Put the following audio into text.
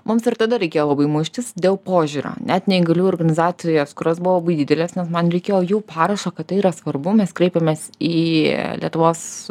mums ir tada reikėjo labai muštis dėl požiūrio net neįgaliųjų organizacijos kurios buvo labai didelės nes man reikėjo jų parašo kad tai yra svarbu mes kreipėmės į lietuvos